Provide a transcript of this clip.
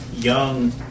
young